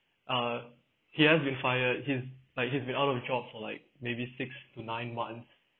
uh he has been fired he's like he's been out of job for like maybe six to nine months